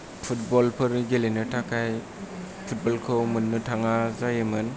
फुटबलफोर गेलेनो थाखाय फुटबलखौ मोननो थाङा जायोमोन